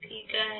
ठीक आहे